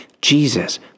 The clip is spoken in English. Jesus